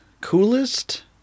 Coolest